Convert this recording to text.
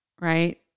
right